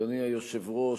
אדוני היושב-ראש,